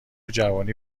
جوونی